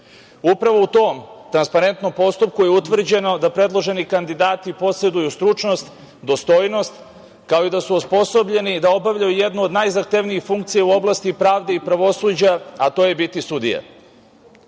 u tom transparentnom postupku je utvrđeno da predloženi kandidati poseduju stručnost, dostojnost, kao i da su osposobljeni da obavljaju jednu od najzahtevnijih funkcija u oblasti pravde i pravosuđa, a to je biti sudija.